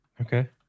Okay